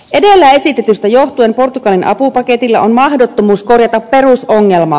edellä esitetystä johtuen portugalin apupaketilla on mahdottomuus korjata perusongelmaa